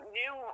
new